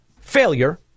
failure